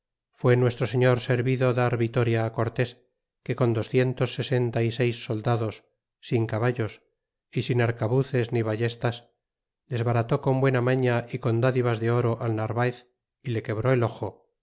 fué nuestro señor servido dar vitoria cortés que con doscientos sesenta y seis soldados sin caballos é sin arcabuces ni ballestas desbarató con buena mafia y con dádivas de oro al narvaez y le quebró el ojo